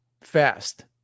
fast